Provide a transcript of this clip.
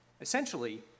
Essentially